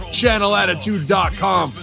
channelattitude.com